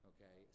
Okay